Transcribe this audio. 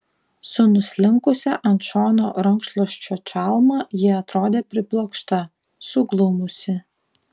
su nuslinkusia ant šono rankšluosčio čalma ji atrodė priblokšta suglumusi